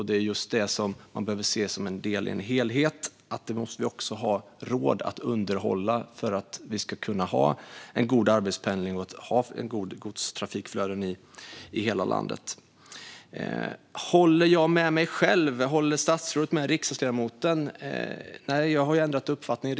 Det är just det; det behöver ses som en del i en helhet. Vi måste också ha råd att underhålla det för att kunna ha god arbetspendling och goda godstrafikflöden i hela landet. Håller jag med mig själv? Håller statsrådet med riksdagsledamoten? Nej, jag har ändrat uppfattning.